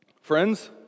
Friends